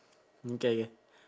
okay K